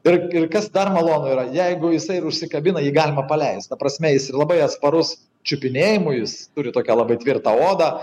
ir ir kas dar malonu yra jeigu jisai ir užsikabina jį galima paleisti ta prasme jis labai atsparus čiupinėjimui jis turi tokią labai tvirtą odą